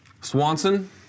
Swanson